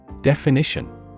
Definition